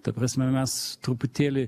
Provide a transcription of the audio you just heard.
ta prasme mes truputėlį